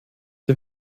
die